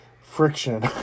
friction